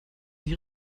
die